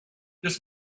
this